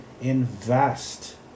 invest